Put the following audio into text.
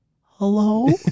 Hello